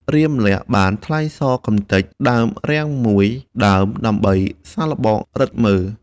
រាមលក្សណ៍បានថ្លែងសរកម្ទេចដើមរាំងមួយដើមដើម្បីសាកល្បងឬទ្ធិមើល។